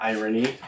Irony